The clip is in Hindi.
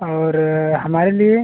और हमारे लिए